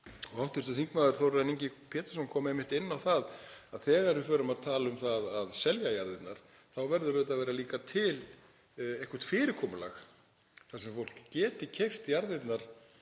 hendi. Hv. þm. Þórarinn Ingi Pétursson kom einmitt inn á það að þegar við förum að tala um það að selja jarðirnar þá verður að vera líka til eitthvert fyrirkomulag þar sem fólk getur keypt jarðirnar